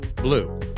blue